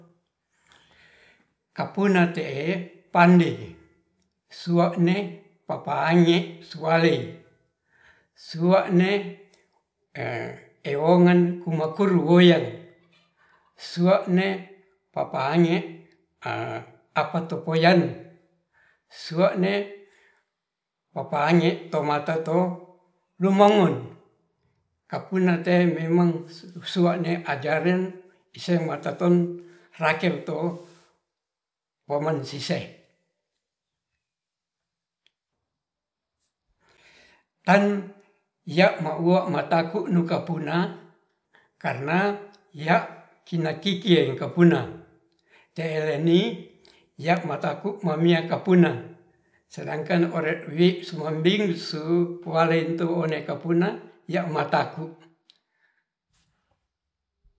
Kapuna tee pande suone papa anggi suale sua'n ewongan kumokuru woyer suwone papa anggi apatu foyane suwone papa anggi tomatato rumongon, kapurnete mewang suane ajaren isemua taton rakirtoo pomen sisey tan yee mokuwo mataku nukepurna karna yaa kinarkikie nakapurna teleni yaku mataku momia kapurna sedangkan ore wi suembing se puale tuune kapurna ya mataku.